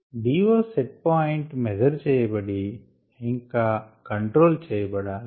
DO set point measure చేయబడి ఇంకా control చేయబడాలి